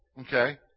Okay